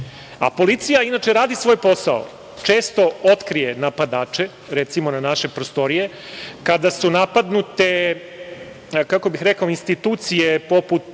većine. Policija inače radi svoj posao. Često otkrije napadače, recimo na naše prostorije, kada su napadnute, kako bih rekao institucije poput